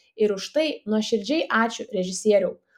ir už tai nuoširdžiai ačiū režisieriau